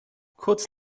kurz